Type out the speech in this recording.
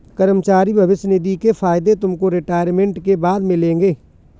कर्मचारी भविष्य निधि के फायदे तुमको रिटायरमेंट के बाद मिलेंगे